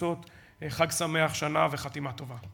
ובתפוצות חג שמח, שנה טובה וחתימה טובה.